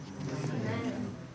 Amen